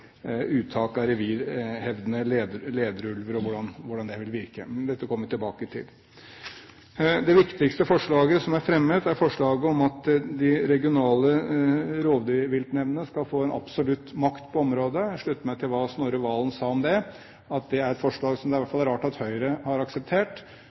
uttak av revirhevdende lederulver, og hvordan det vil virke. Dette kommer vi tilbake til. Det viktigste forslaget som er fremmet, er forslaget om at de regionale rovdyrviltnemndene skal få en absolutt makt på området. Jeg slutter meg til det Snorre Serigstad Valen sa om det. Det er et forslag som det